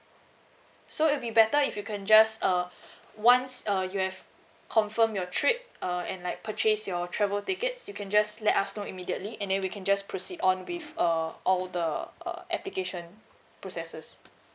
so it will be better if you can just uh once uh you have confirmed your trip uh and like purchase your travel tickets you can just let us know immediately and then we can just proceed on with uh all the uh application processes